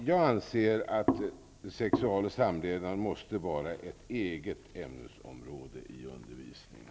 Jag anser att sexual och samlevnad måste få utgöra ett eget ämnesområde i undervisningen.